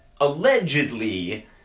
allegedly